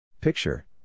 Picture